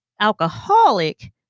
alcoholic